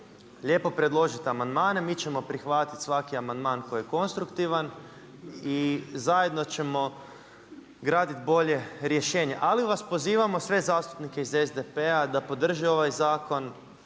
Lijepo predložiti amandmane, mi ćemo prihvatiti svaki amandman koji je konstruktivan i zajedno ćemo graditi bolje rješenje. Ali vas pozivamo sve zastupnike iz SDP-a da podrže ovaj zakon